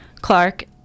Clark